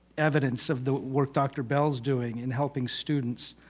evidence of the work dr. bell is doing in helping students